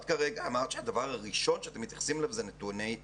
את אמרת שהדבר הראשון שאתם מתייחסים אליו זה נתוני התחלואה.